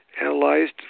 analyzed